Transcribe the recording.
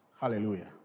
Hallelujah